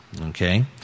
okay